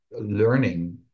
learning